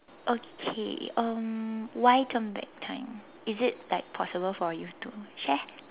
okay um why turn back time is it like possible for you to share